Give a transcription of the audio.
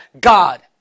God